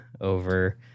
over